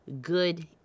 good